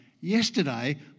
yesterday